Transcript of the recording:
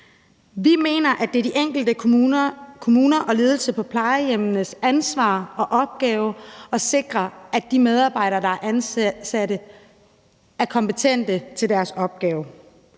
Vi mener, at det er de enkelte kommuners og plejehjemsledelsers ansvar og opgave at sikre, at de medarbejdere, der er ansat, er kompetente til deres opgaver.